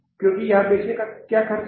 क्योंकि यहां बेचने का खर्च क्या है